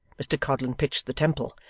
mr codlin pitched the temple,